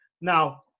Now